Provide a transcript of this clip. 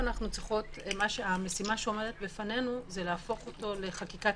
עכשיו המשימה שעומדת בפנינו זה להפוך אותו לחקיקת